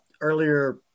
earlier